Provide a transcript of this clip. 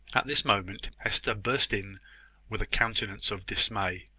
at this moment, hester burst in with a countenance of dismay.